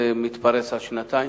זה מתפרס על שנתיים.